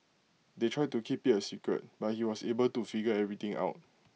they tried to keep IT A secret but he was able to figure everything out